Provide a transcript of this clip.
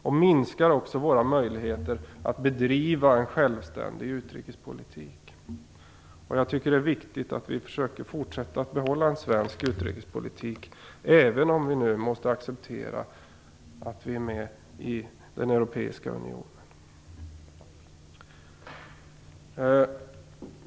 Det minskar också våra möjligheter att bedriva en självständig utrikespolitik. Jag tycker att det är viktigt att vi försöker behålla en svensk utrikespolitik även om vi nu måste acceptera att vi är med i den europeiska unionen.